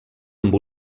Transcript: amb